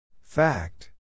Fact